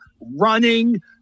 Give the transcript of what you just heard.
running